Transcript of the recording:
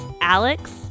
Alex